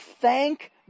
thank